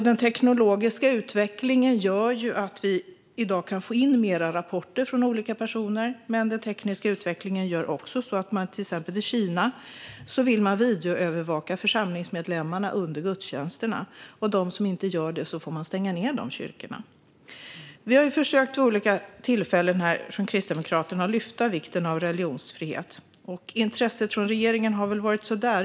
Den teknologiska utvecklingen gör att vi i dag kan få in fler rapporter från olika personer, men den leder också till annat. Till exempel vill man i Kina videoövervaka församlingsmedlemmarna under gudstjänsterna. De som inte gör detta får sina kyrkor nedstängda. Vi från Kristdemokraterna har vid olika tillfällen försökt att lyfta fram vikten av religionsfrihet. Intresset från regeringen har väl varit så där.